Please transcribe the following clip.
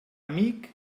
amic